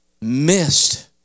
missed